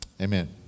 amen